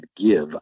give